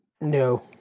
No